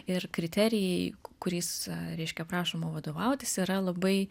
ir kriterijai kuriais reiškia prašoma vadovautis yra labai